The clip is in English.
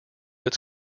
its